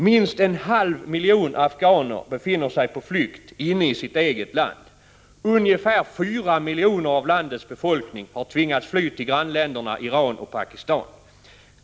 Minst en halv miljon afghaner befinner sig på flykt inne i sitt eget land. Ungefär 4 miljoner av landets befolkning har tvingats fly till grannländerna Iran och Pakistan.